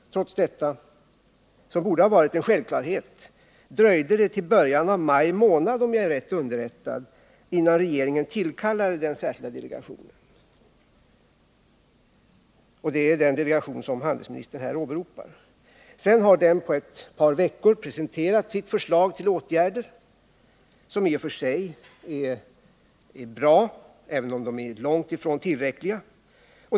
Trots detta, som borde ha varit en självklarhet, dröjde det till början av maj månad, om jag är riktigt underrättad, innan regeringen tillkallade den särskilda delegationen — det är den delegation som handelsministern här åberopar. Sedan har den på ett par veckor presenterat sitt förslag till åtgärder, som i och för sig är bra, även om de är långt ifrån tillräckliga.